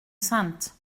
sainte